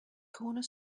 corner